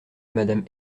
madame